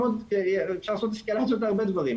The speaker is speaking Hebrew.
אפשר לעשות אסקלציות להרבה דברים.